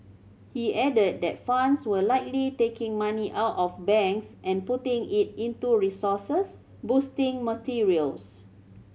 he added that funds were likely taking money out of banks and putting it into resources boosting materials